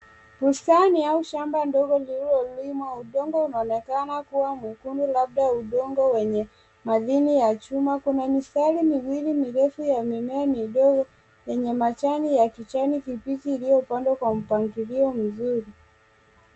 Bustani au shamba dogo lililolilmwa. Udongo unaonekana kuwa mwekundu, labda udongo wenye madini ya chuma. Kuna mistari miwili mirefu ya mimea midogo yenye majani ya kijani kibichi iliyopandwa kwa mpangilio mzuri.